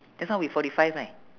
just now we forty five right